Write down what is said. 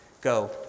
Go